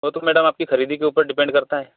वो तो मैडम आपकी खरीदी के ऊपर डिपेंड करता है